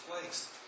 place